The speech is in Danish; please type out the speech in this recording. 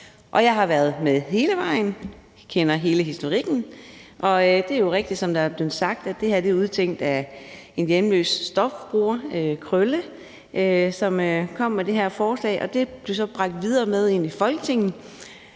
Jeg har været med hele vejen og kender hele historikken. Det er jo rigtigt, som der er blevet sagt, at det her er udtænkt af en hjemløs stofbruger – Krølle – som kom med det her forslag, og det blev så bragt videre med ind i Folketinget.